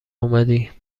اومدی